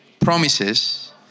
promises